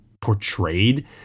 portrayed